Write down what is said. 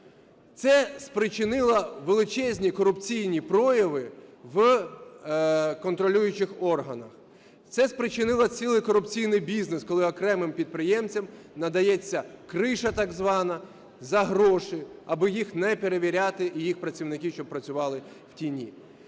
Це спричинило величезні корупційні прояви в контролюючих органах. Це спричинило цілий корупційний бізнес, коли окремим підприємцям надається "криша" так звана за гроші, аби їх не перевіряти і їх працівники, щоб працювали в тіні.